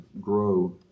grow